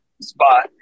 spot